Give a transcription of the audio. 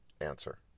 answer